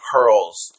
Pearl's